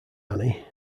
annie